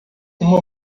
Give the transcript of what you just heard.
uma